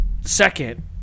Second